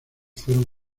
fueron